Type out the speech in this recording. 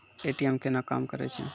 ATM केना काम करै छै?